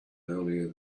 earlier